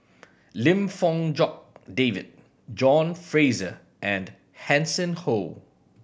Lim Fong Jock David John Fraser and Hanson Ho